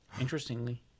interestingly